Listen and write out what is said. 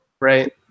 Right